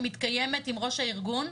שמתקיימת עם ראש הארגון,